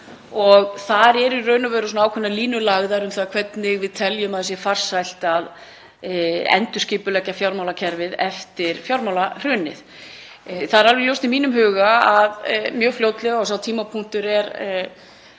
og þar eru ákveðnar línur lagðar um það hvernig við teljum að sé farsælt að endurskipuleggja fjármálakerfið eftir fjármálahrunið. Það er alveg ljóst í mínum huga að mjög fljótlega, og sá tímapunktur er